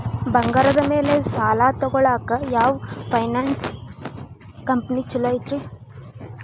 ಬಂಗಾರದ ಮ್ಯಾಲೆ ಸಾಲ ತಗೊಳಾಕ ಯಾವ್ ಫೈನಾನ್ಸ್ ಕಂಪನಿ ಛೊಲೊ ಐತ್ರಿ?